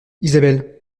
isabelle